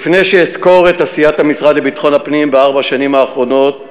לפני שאסקור את עשיית המשרד לביטחון הפנים בארבע השנים האחרונות,